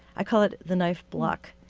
i call it the knife block.